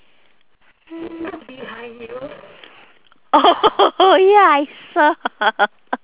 hmm oh ya I saw